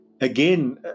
Again